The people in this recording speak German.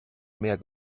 mehr